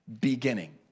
beginning